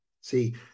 See